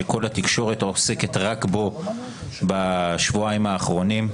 שכל התקשורת עוסקת רק בו בשבועיים האחרונים.